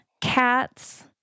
cats